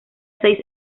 seis